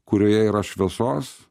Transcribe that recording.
kurioje yra šviesos